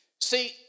See